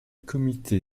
comité